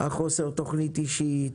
חוסר התכנית האישית,